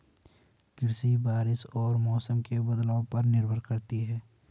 कृषि बारिश और मौसम के बदलाव पर निर्भर करती है